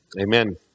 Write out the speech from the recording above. Amen